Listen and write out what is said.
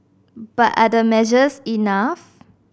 but are these measures enough